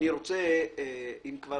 אני כבר